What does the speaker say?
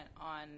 on